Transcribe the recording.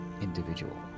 individual